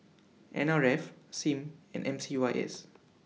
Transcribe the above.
N R F SIM and M C Y S